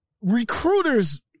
recruiters